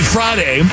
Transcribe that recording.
Friday